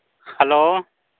hello